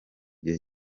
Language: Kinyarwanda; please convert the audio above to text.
gihe